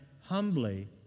humbly